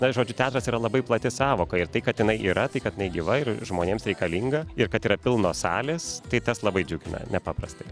na ir žodžiu teatras yra labai plati sąvoka ir tai kad jinai yra tai kad jinai gyva ir žmonėms reikalinga ir kad yra pilnos salės tai tas labai džiugina nepaprastai